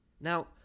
Now